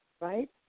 right